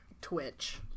twitch